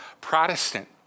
Protestant